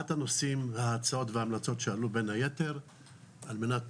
אחד הנושאים וההצעות וההמלצות שעלו בין היתר על מנת